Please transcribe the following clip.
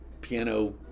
piano